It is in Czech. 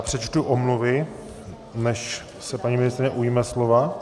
Přečtu omluvy, než se paní ministryně ujme slova.